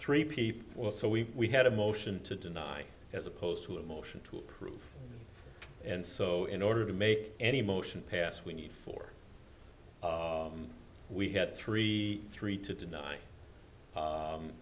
three people so we had a motion to deny as opposed to a motion to approve and so in order to make any motion pass we need for we had three three to deny